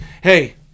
hey